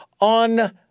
on